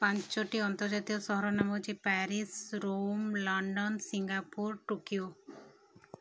ପାଞ୍ଚଟି ଅନ୍ତର୍ଜାତୀୟ ସହରର ନାମ ହେଉଛି Paris Rome London Singapore Tokyo